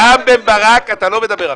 רם בן ברק, אתה לא מדבר עכשיו.